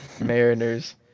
Mariners